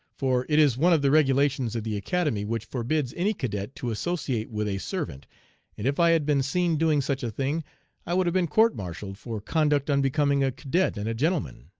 for it is one of the regulations of the academy which forbids any cadet to associate with a servant, and if i had been seen doing such a thing i would have been court-martialled for conduct unbecoming a cadet and a gentleman.